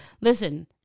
Listen